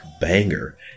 banger